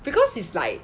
because is like